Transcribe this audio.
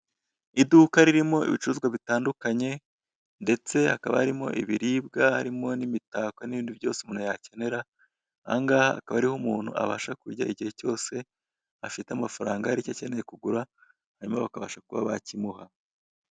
Iduka ririmo ibicuruzwa bitandunkanye ndetse hakaba harimo ibiribwa , harimo n'imitako n'ibindi byose umuntu yakenera, aha ngaha akaba ariho umuntu abasha kujya igihe cyose afite amafaranga hari icyo akeneye kugura hanyuma bakabasha kuba bakimuha.